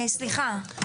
סליחה.